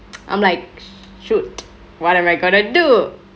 I'm like shoot what am I gonna do